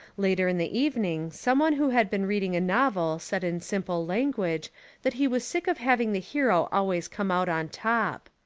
later in the evening, some one who had been reading a novel said in simple language that he was sick of having the hero always come out on top.